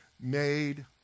made